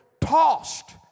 tossed